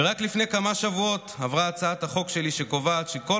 ורק לפני כמה שבועות עברה הצעת החוק שלי שקובעת שכל